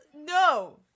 No